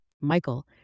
Michael